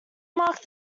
marked